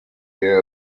der